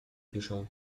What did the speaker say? piszą